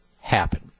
happen